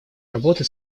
работы